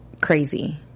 crazy